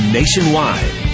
nationwide